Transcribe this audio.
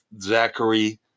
Zachary